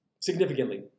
significantly